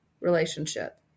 relationship